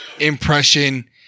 impression